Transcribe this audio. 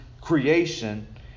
creation